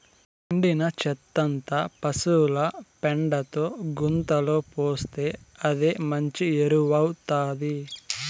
ఎండిన చెత్తంతా పశుల పెండతో గుంతలో పోస్తే అదే మంచి ఎరువౌతాది